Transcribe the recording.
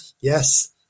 yes